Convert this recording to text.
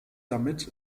damit